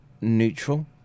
neutral